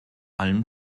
allem